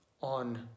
on